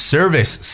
Service